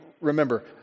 remember